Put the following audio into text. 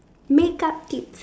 makeup tips